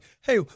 hey